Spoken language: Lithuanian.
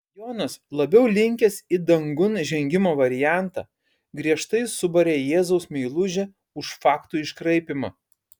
jonas labiau linkęs į dangun žengimo variantą griežtai subarė jėzaus meilužę už faktų iškraipymą